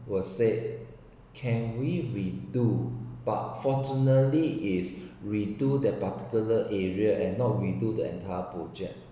was said can we redo but fortunately is redo the particular area and not redo the entire project